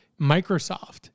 Microsoft